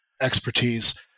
expertise